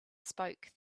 spoke